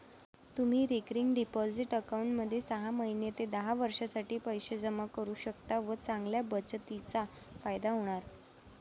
तुम्ही recurring deposit अकाउंटमध्ये सहा महिने ते दहा वर्षांसाठी पैसे जमा करू शकता व चांगल्या बचतीचा फायदा होणार